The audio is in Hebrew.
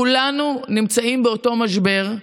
כולנו נמצאים באותו משבר,